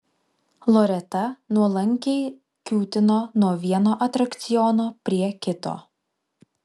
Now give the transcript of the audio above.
loreta nuolankiai kiūtino nuo vieno atrakciono prie kito